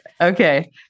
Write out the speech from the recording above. Okay